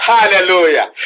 Hallelujah